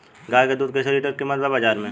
गाय के दूध कइसे लीटर कीमत बा बाज़ार मे?